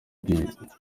biye